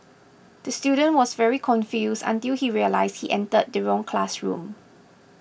the student was very confused until he realised he entered the wrong classroom